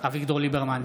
אביגדור ליברמן,